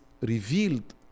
revealed